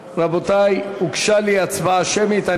רבותי, הוגשה לי בקשה להצבעה שמית.